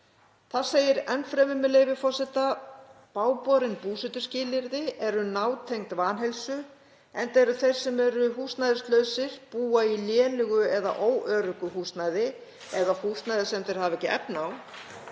Þar segir enn fremur, með leyfi forseta: „Bágborin búsetuskilyrði eru nátengd vanheilsu enda eru þeir sem eru húsnæðislausir, búa í lélegu eða óöruggu húsnæði eða húsnæði sem þeir hafa ekki efni á,